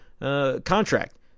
contract